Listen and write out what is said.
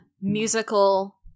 musical